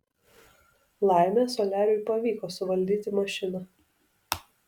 laimė soliariui pavyko suvaldyti mašiną